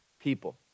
people